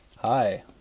Hi